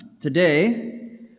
Today